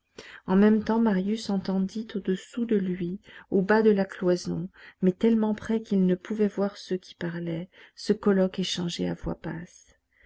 en même temps marius entendit au-dessous de lui au bas de la cloison mais tellement près qu'il ne pouvait voir ceux qui parlaient ce colloque échangé à voix basse